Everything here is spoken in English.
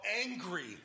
angry